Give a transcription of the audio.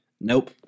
Nope